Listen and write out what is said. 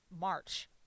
March